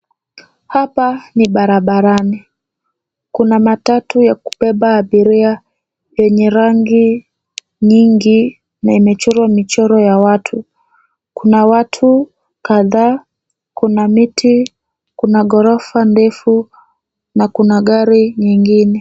Hapa ni barabarani, kuna matatu ya kubeba abiria yenye rangi nyingi na imechorwa michoro ya watu. Kuna watu kadhaa, kuna miti, kuna ghorofa ndefu, na kuna gari nyingine.